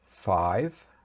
Five